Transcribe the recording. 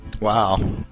Wow